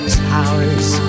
towers